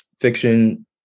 fiction